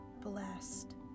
blessed